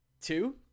two